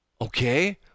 Okay